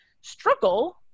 struggle